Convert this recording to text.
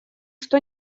что